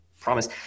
promise